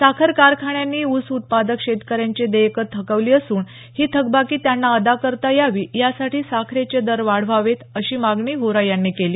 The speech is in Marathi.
साखर कारखान्यांनी ऊस उत्पादक शेतकऱ्यांची देयकं थकवली असून ही थकबाकी त्यांना अदा करता यावी यासाठी साखरेचे दर वाढवावेत अशी मागणी व्होरा यांनी केली